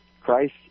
Christ